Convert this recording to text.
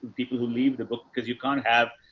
people who leave the book, cause you can't have,